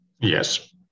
Yes